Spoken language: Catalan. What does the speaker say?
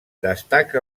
destaca